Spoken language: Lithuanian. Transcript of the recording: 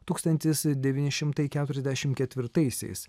tūkstantis devyni šimtai keturiasdešimt ketvirtaisiais